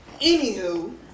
Anywho